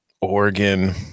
Oregon